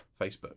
Facebook